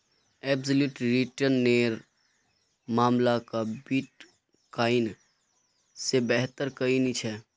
absolute return नेर मामला क बिटकॉइन से बेहतर कोई नी छे